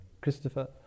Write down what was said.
Christopher